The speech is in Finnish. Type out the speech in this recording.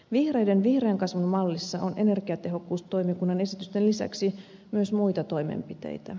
vihreiden vihreän kasvun mallissa on energiatehokkuustoimikunnan esitysten lisäksi myös muita toimenpiteitä